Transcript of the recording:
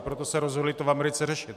Proto se rozhodli to v Americe řešit.